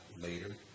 later